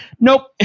nope